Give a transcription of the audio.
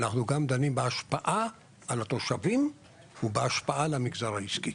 אנחנו גם דנים בהשפעה על התושבים ובהשפעה על המגזר העסקי.